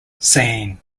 saying